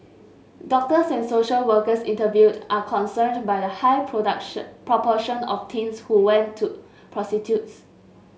doctors and social workers interviewed are concerned by the high proportion of teens who went to prostitutes